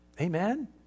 Amen